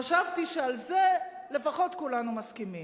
חשבתי שעל זה לפחות כולנו מסכימים.